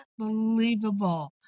Unbelievable